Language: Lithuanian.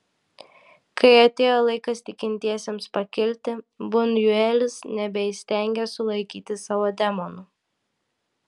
kai atėjo laikas tikintiesiems pakilti bunjuelis nebeįstengė sulaikyti savo demonų